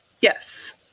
Yes